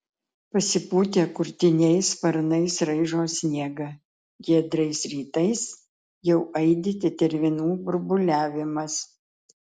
pasipūtę kurtiniai sparnais raižo sniegą giedrais rytais jau aidi tetervinų burbuliavimas